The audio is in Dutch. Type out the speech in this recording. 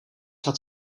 had